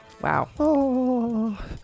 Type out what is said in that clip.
Wow